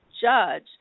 judge